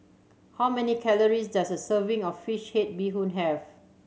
how many calories does a serving of fish head bee hoon have